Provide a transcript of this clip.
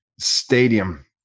Stadium